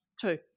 Two